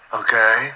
okay